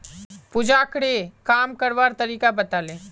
पूजाकरे काम करवार तरीका बताले